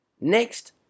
next